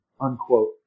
unquote